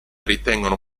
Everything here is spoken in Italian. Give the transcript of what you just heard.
ritengono